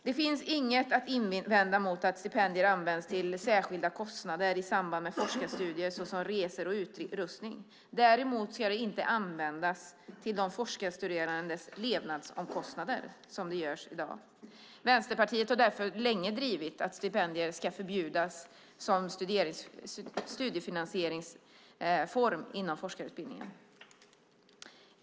Det finns inget att invända mot att stipendier används till särskilda kostnader i samband med forskarstudier, såsom resor och utrustning. Däremot ska de inte användas till de forskarstuderandes levnadsomkostnader, som det är i dag. Vänsterpartiet har därför länge drivit att stipendier ska förbjudas som studiefinansieringsform inom forskarutbildningen.